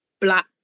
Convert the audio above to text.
Black